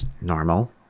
normal